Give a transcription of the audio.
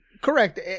Correct